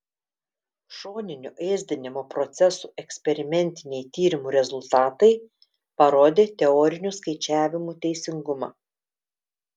šoninio ėsdinimo procesų eksperimentiniai tyrimų rezultatai parodė teorinių skaičiavimų teisingumą